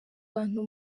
bantu